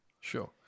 Sure